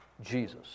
Jesus